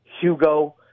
Hugo